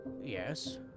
Yes